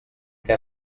què